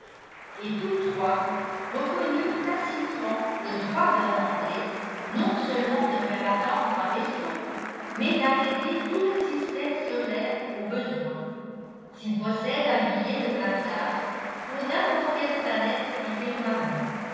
et tous trois reconnurent tacitement le droit d'un anglais non seulement de faire attendre un vaisseau mais d'arrêter tout le système solaire au besoin s'il possède un billet de passage pour n'importe quelle planète du firmament